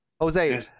Jose